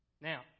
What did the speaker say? Now